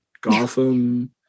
Gotham